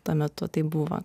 tuo metu taip buvo